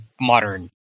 modern